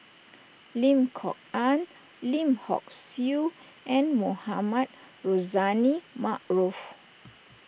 Lim Kok Ann Lim Hock Siew and Mohamed Rozani Maarof